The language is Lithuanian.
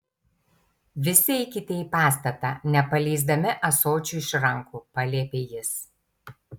visi eikite į pastatą nepaleisdami ąsočių iš rankų paliepė jis